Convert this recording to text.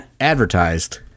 advertised